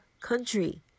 country